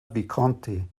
visconti